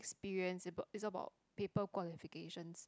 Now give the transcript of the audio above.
experience is about paper qualifications